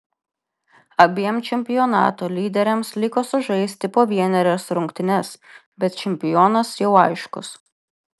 abiem čempionato lyderiams liko sužaisti po vienerias rungtynes bet čempionas jau aiškus